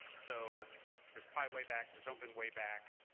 so there's pi wayback, there's openwayback.